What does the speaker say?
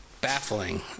Baffling